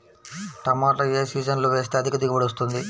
టమాటా ఏ సీజన్లో వేస్తే అధిక దిగుబడి వస్తుంది?